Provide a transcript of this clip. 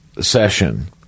session